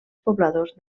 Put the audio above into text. pobladors